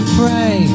pray